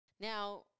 Now